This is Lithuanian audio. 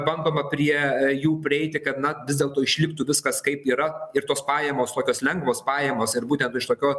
bandoma prie jų prieiti kad na vis dėlto išliktų viskas kaip yra ir tos pajamos tokios lengvos pajamos ir būtent iš tokio